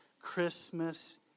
Christmas